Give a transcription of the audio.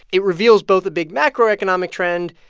it reveals both a big macroeconomic trend,